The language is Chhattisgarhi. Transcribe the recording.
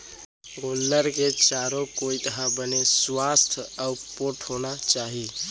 गोल्लर के चारों कोइत ह बने सुवास्थ अउ पोठ होना चाही